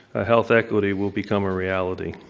a health equity will become a reality.